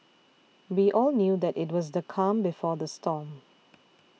we all knew that it was the calm before the storm